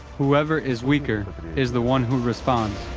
whoever is weaker is the one who responds.